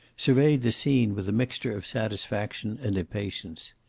surveyed the scene with a mixture of satisfaction and impatience.